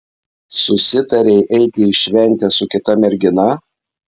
susitarei eiti į šventę su kita mergina